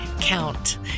count